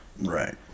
Right